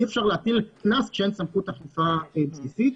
אי אפשר להטיל קנס כשאין סמכות אכיפה בסיסית.